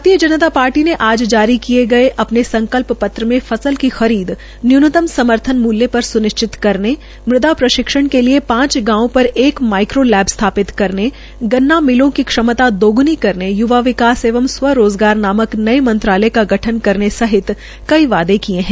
भारतीय जनता पार्टी ने आज जारी किए गये अपने संकल्प पत्र में फसल की खरीद न्यूनतम समर्थन मूल्य पर स्निश्चित करने मृदा प्रशिक्षण के लिए पांच गांव पर एक माईक्रो लैब स्थापित करने गन्ना मिलों की क्षमता दोग्णी करने य्वा विकास एवं स्वं रोज़गार नामक नए मंत्रालय का गठन करने सहित कई वायदे किये है